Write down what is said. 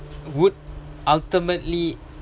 would ultimately